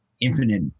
infinite